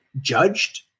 judged